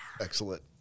Excellent